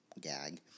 gag